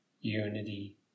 Unity